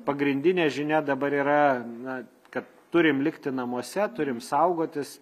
pagrindinė žinia dabar yra na kad turim likti namuose turim saugotis